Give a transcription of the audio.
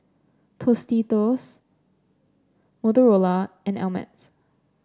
Tostitos Motorola and Ameltz